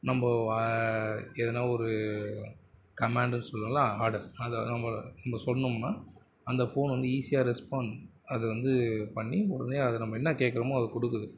நம்ம எதனால் ஒரு கமெண்டு சொல்லுவோமில்ல ஆடர் அது அதை நம்ம சொன்னோம்னால் அந்த ஃபோனை வந்து ஈஸியாக ரெஸ்பாண்ட் அது வந்து பண்ணி உடனே அதை நம்ம என்னா கேட்குறமோ அதை கொடுக்குது